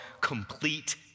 complete